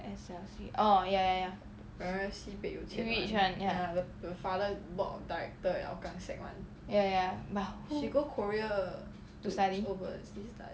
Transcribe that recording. S_L_C orh ya ya ya rich [one] ya ya ya but to study